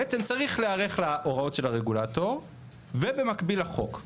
בעצם צריך להיערך להוראות של הרגולטור ובמקביל לחוק.